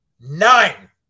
Nine